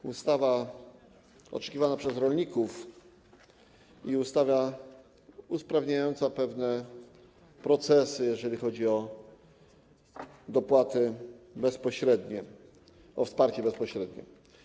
To ustawa oczekiwana przez rolników, ustawa usprawniająca pewne procesy, jeżeli chodzi o dopłaty bezpośrednie, o wsparcie bezpośrednie.